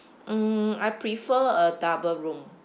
um I prefer a double room